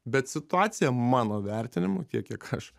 bet situacija mano vertinimu tiek kiek aš